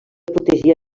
protegir